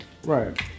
Right